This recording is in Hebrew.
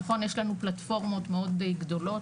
נכון יש לנו פלטפורמות מאוד גדולות,